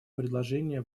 предложение